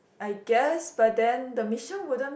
I guess but then the mission wouldn't